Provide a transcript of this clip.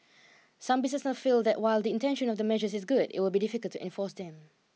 some businesses feel that while the intention of the measures is good it would be difficult to enforce them